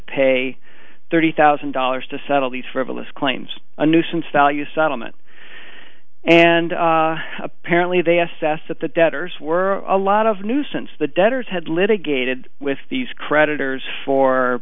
pay thirty thousand dollars to settle these frivolous claims a nuisance value settlement and apparently they assessed that the debtors were a lot of nuisance the debtors had litigated with these creditors for